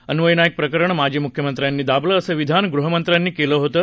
अन्वय नाईक प्रकरण माजी मुख्यमंत्र्यांनी दाबलं असं विधान गृहमंत्र्यांनी केलं होतं